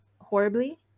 horribly